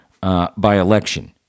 by-election